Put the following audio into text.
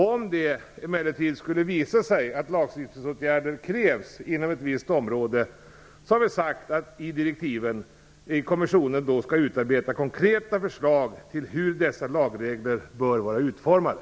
Om det emellertid skulle visa sig att lagstiftningsåtgärder krävs inom ett visst område har vi i direktiven sagt att kommissionen skall utarbeta konkreta förslag till hur dessa lagregler bör vara utformade.